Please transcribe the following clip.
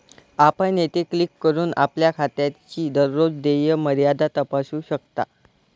आपण येथे क्लिक करून आपल्या खात्याची दररोज देय मर्यादा तपासू शकता